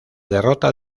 derrota